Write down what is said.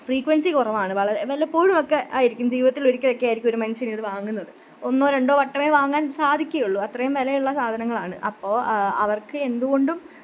frequency കുറവാണ് വളരെ വല്ലപ്പോഴുമൊക്കെ ആയിരിക്കും ജീവിതത്തിൽ ഒരിക്കൽ ഒക്കെ ആയിരിക്കും ഒരു മനുഷ്യൻ ഇത് വാങ്ങുന്നത് ഒന്നൊ രണ്ടൊ വട്ടമേ വാങ്ങാൻ സാധിക്കുകയുള്ളു അത്രയും വിലയുള്ള സാധനങ്ങളാണ് അപ്പോൾ അവർക്ക് എന്തുകൊണ്ടും